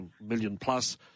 million-plus